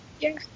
Yes